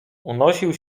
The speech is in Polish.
unosił